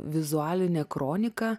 vizualinė kronika